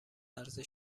عرضه